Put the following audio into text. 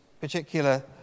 particular